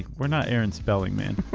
we're not aaron spelling man.